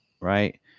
right